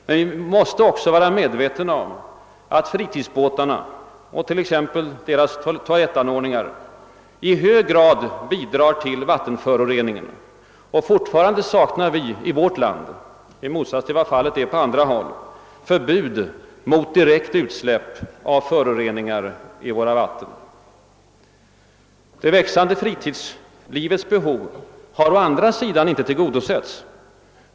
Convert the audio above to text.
Men vi måste också vara medvetna om att fritidsbåtarna och deras toalettanordningar i hög grad bidrar till vattenföroreningen. Fortfarande saknar vi i vårt land, i motsats till vad fallet är på andra håll, förbud mot direkt utsläpp av föroreningar i våra vatten. Det växande fritidslivets behov har å andra sidan inte tillgodosetts.